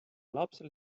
lapsel